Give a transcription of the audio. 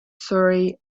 surrey